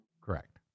Correct